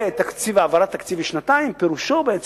ובין